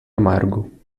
amargo